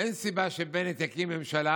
אין סיבה שבנט יקים ממשלה